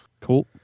Cool